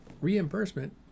reimbursement